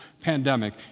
pandemic